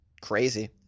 Crazy